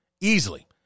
Easily